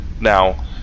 Now